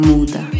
Muda